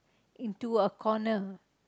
into a corner